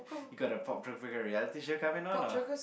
you got a popular reality show coming on or no